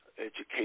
education